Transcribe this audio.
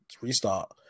restart